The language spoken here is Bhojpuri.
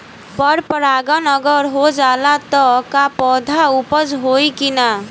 पर परागण अगर हो जाला त का पौधा उपज होई की ना?